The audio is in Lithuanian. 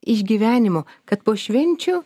išgyvenimu kad po švenčių